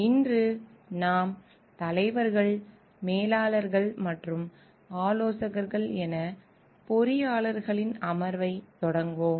இன்று நாம் தலைவர்கள் மேலாளர்கள் மற்றும் ஆலோசகர்கள் என பொறியாளர்களின் அமர்வை தொடர்வோம்